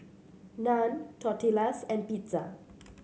Naan Tortillas and Pizza